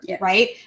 Right